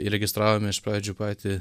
įregistravome iš pradžių patį